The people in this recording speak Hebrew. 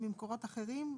ממקורות אחרים?